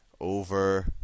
over